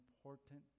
important